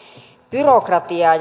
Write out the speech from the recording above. byrokratiaa